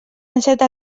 enceta